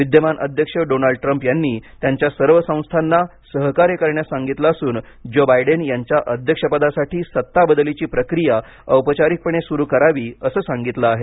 विद्यमान अध्यक्ष Donald Trump यांनी त्यांच्या सर्व संस्थाना सहकार्य करण्यास सांगितले असून जो बायडेन यांच्या अध्यक्षपदासाठी सत्ता बदलीची प्रक्रिया औपचारिकपणे सुरू करावी असं सांगितलं आहे